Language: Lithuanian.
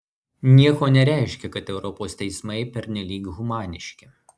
nieko nereiškia kad europos teismai pernelyg humaniški